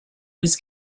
was